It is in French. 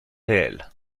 réel